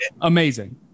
Amazing